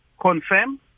confirm